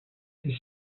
est